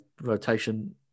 rotation